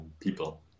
people